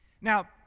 Now